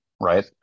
right